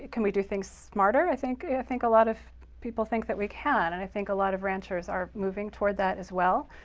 can we do things smarter? i think i think a lot of people think that we can. and i think a lot of ranchers are moving toward that, as well.